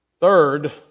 Third